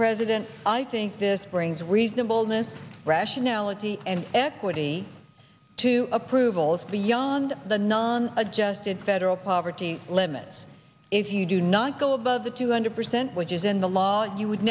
president i think this brings reasonable n'est rationality and equity to approvals beyond the non adjusted federal poverty limit if you do not go above the two hundred percent which is in the law you would